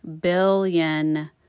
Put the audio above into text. billion